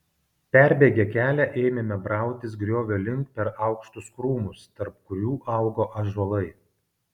perbėgę kelią ėmėme brautis griovio link per aukštus krūmus tarp kurių augo ąžuolai